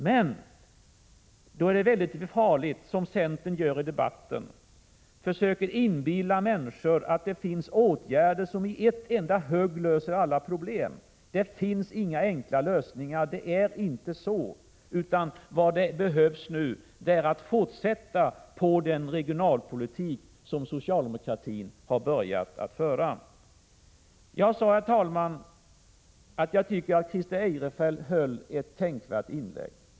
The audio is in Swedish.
Men då är det farligt att göra som centern gör i debatten, nämligen att försöka inbilla människor att det finns åtgärder som i ett enda huj löser alla problem. Det finns inga enkla lösningar, utan vad som behövs är att fortsätta med den regionalpolitik som socialdemokratin har börjat föra. Jag sade, herr talman, att jag tyckte att Christer Eirefelt gjorde ett tänkvärt inlägg.